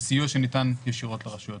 שאז זה סיוע שניתן ישירות לרשויות,